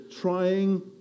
trying